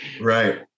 Right